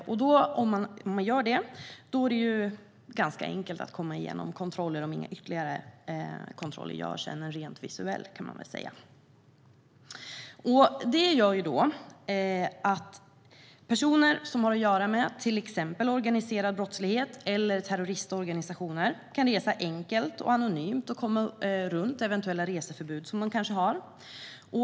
Om man gör det är det ganska enkelt att komma igenom kontroller, om inga ytterligare kontroller görs än en rent visuell. Det gör att personer som har att göra med till exempel organiserad brottslighet eller terroristorganisationer kan resa enkelt och anonymt och komma runt eventuella reseförbud som de har.